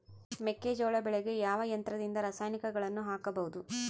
ಮೆಕ್ಕೆಜೋಳ ಬೆಳೆಗೆ ಯಾವ ಯಂತ್ರದಿಂದ ರಾಸಾಯನಿಕಗಳನ್ನು ಹಾಕಬಹುದು?